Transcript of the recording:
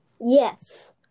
Yes